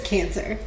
Cancer